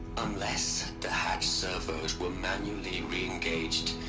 unless. the hatch servos were manually re-engaged.